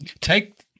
take